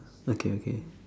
okay okay